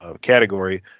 category